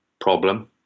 problem